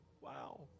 Wow